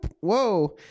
whoa